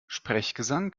sprechgesang